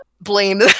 blame